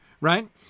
right